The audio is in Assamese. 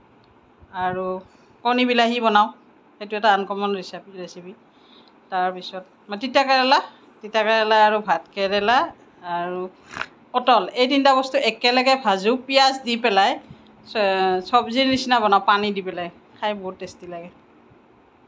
আৰু কণী বিলাহী বনাওঁ সেইটো এটা আনকমন ৰেচিপি তিতাকেৰেলা তিতাকেৰেলা আৰু ভাতকেৰেলা আৰু পতল এই তিনিটা বস্তু একেলগে ভাজোঁ পিয়াজ দি পেলাই চব্জি নিচিনা বনাওঁ পানী দি পেলাই খাই বহুত টেষ্টি লাগে